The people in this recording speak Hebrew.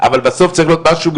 זה חיפוש.